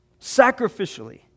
Sacrificially